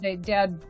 Dad